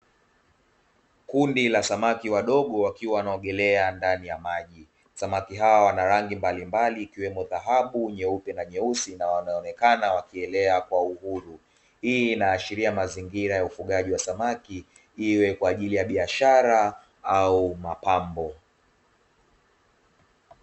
Kundi la samaki wadogo wakiwa wanaogelea ndani ya maji, samaki hawa wana rangi mbalimbali, ikiwemo dhahabu, nyeupe na nyeusi na wanaonekana wakielea kwa uhuru, hii inaashiria mazingira ya ufugaji wa samaki iwe kwa ajili ya biashara au mapambo.